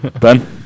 Ben